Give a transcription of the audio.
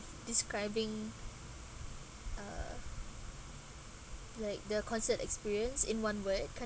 describing uh like the concert experience in one word kind of